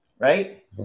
Right